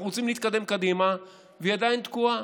אנחנו רוצים להתקדם קדימה והיא עדיין תקועה.